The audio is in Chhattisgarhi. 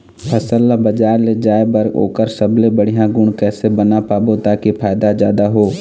फसल ला बजार ले जाए बार ओकर सबले बढ़िया गुण कैसे बना पाबो ताकि फायदा जादा हो?